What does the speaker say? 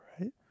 right